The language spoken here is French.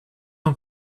ans